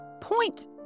point